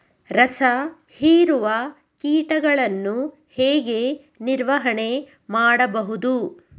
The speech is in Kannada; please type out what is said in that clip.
ರಸ ಹೀರುವ ಕೀಟಗಳನ್ನು ಹೇಗೆ ನಿರ್ವಹಣೆ ಮಾಡಬಹುದು?